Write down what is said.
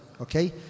Okay